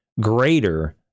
greater